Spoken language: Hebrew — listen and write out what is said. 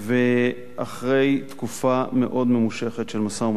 ואחרי תקופה מאוד ממושכת של משא-ומתן